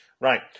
Right